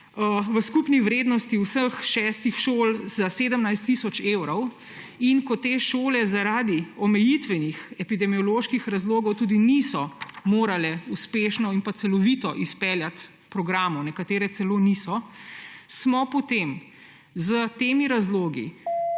v skupni vrednosti vseh šestih šol za 17 tisoč evrov, in ko te šole zaradi omejitvenih epidemioloških razlogov tudi niso mogle uspešno in celovito izpeljati programov, nekatere celo niso, smo potem s temi razlogi